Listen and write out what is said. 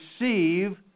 receive